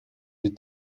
les